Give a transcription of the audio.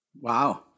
Wow